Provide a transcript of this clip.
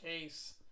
case